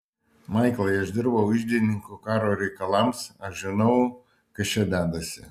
maiklai aš dirbau iždininku karo reikalams aš žinau kas čia dedasi